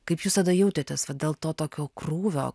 kaip jūs tada jautėtės dėl to tokio krūvio